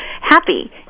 Happy